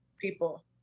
people